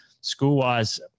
school-wise